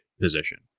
position